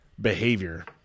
behavior